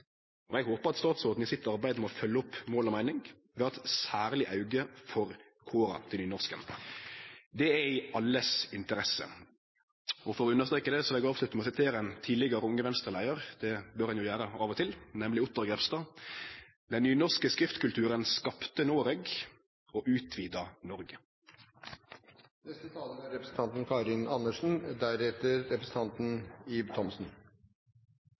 og eg håpar at statsråden i sitt arbeid med å følgje opp Mål og meining vil ha eit særleg auge for kåra til nynorsken. Det er i alles interesse. Og for å understreke det vil eg avslutte med å sitere ein tidlegare Unge Venstre-leiar – det bør ein jo gjere av og til – nemleg Ottar Grepstad: «Den nynorske skriftkulturen har skapt Noreg og utvida Norge.» Først vil jeg takke interpellanten for å